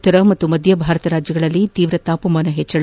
ಉತ್ತರ ಮತ್ತು ಮಧ್ಯಭಾರತ ರಾಜ್ಯಗಳಲ್ಲಿ ತೀವ್ರ ತಾಪಮಾನ ಹೆಚ್ಚಳ